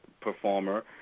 performer